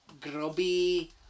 grubby